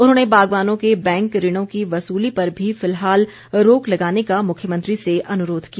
उन्होंने बागवानों के बैंक ऋणों की वसुली पर भी फिलहाल रोक लगाने का मुख्यमंत्री से अनुरोध किया